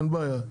אין בעיה.